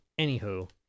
Anywho